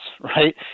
right